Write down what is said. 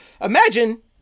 imagine